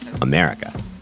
America